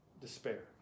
Despair